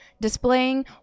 displaying